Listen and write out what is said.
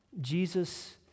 Jesus